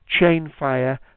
Chainfire